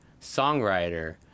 songwriter